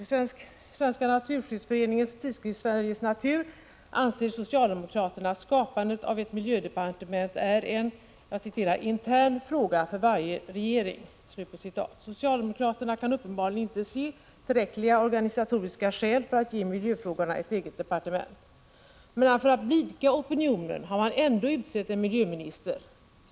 I Svenska Naturskyddsföreningens tidskrift Sveriges Natur anför socialdemokraterna att skapandet av ett miljödepartement är en ”intern fråga för varje regering”. Socialdemokraterna kan uppenbarligen inte se tillräckliga organisatoriska skäl för att ge miljöfrågorna ett eget departement. Men för att blidka opinionen har man ändå utsett en miljöminister.